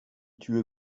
tür